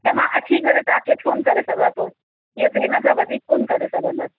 त मां अची करे तव्हांखे फ़ोन करे सघां थो इहो त हिन सां वधीक कोन करे सघंदसि